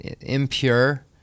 impure